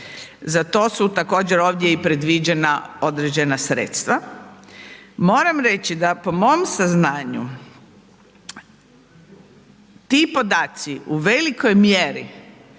Za to su također, ovdje predviđena i određena sredstva. Moram reći da po mom saznanju, ti podaci u velikoj mjeri